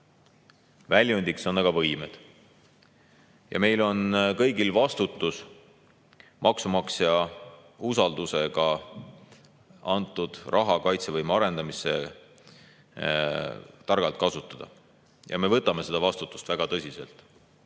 väljundiks on aga võimed. Meil on kõigil vastutus maksumaksja usaldusega antud raha kaitsevõime arendamisse targalt kasutada ja me võtame seda vastutust väga tõsiselt.